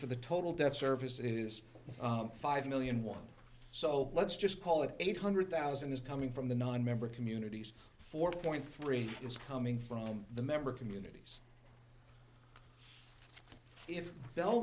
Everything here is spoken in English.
for the total debt service is five million one so let's just call it eight hundred thousand is coming from the nine member communities four point three it's coming from the member communities if